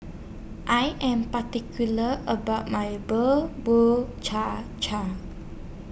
I Am particular about My Bubur Cha Cha